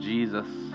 Jesus